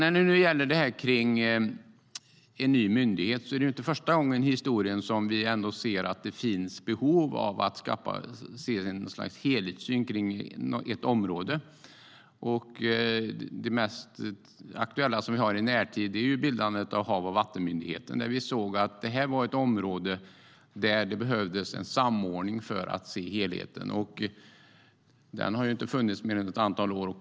Låt mig ta upp detta med en ny myndighet. Detta är inte första gången vi ser ett behov av en helhetssyn på ett område. Det mest aktuella vi har i närtid är bildandet av Havs och vattenmyndigheten, där vi såg att detta var ett område där det behövdes en samordning för att se helheten. Den har inte funnits mer än ett antal år.